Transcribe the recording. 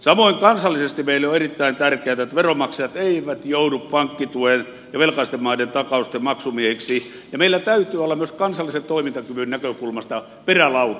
samoin kansallisesti meille on erittäin tärkeätä että veronmaksajat eivät joudu pankkituen ja velkaisten maiden takausten maksumiehiksi ja meillä täytyy olla myös kansallisen toimintakyvyn näkökulmasta perälauta